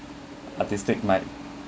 artistic might